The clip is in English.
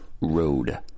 Road